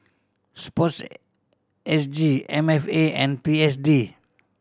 Sports S G M F A and P S D